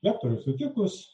lektoriui sutikus